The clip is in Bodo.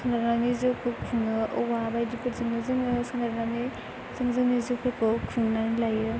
सोनारनानै जिउखौ खुङो औवा बायदिफोरजोंनो जोङो सोनारनानै जों जोंनि जिउफोरखौ खुंनानै लायो